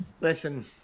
listen